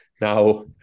now